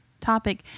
topic